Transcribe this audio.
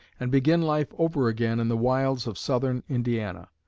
and begin life over again in the wilds of southern indiana.